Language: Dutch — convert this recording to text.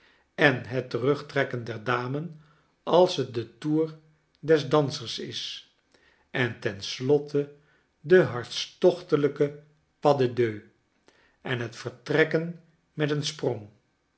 en het tern gtrekken der dame als het de toer des dansers is en ten slotte de hartstochtelijke p a s d e deux en het vertrekken met een sprong